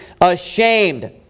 ashamed